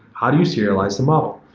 how do you serialize the model?